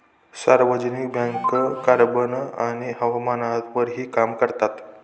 सार्वजनिक bank carbon आणि हवामानावरही काम करतात